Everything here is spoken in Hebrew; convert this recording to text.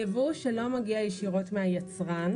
יבוא שלא מגיע ישירות מהיצרן,